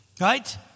Right